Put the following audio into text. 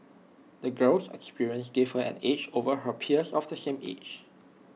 the girl's experiences gave her an edge over her peers of the same age